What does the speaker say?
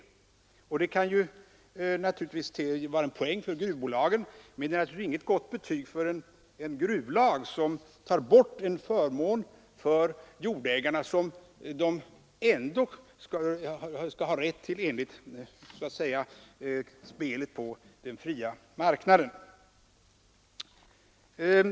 Det kan vara en poäng för gruvbolagen, men det är naturligtvis inget gott betyg för en gruvlag som tar bort en förmån för jordägarna som de ändock skall ha rätt till så att säga enligt spelet på den fria marknaden.